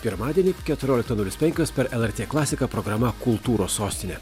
pirmadienį keturioliktą nulis penkios per lrt klasiką programa kultūros sostinė